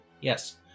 Yes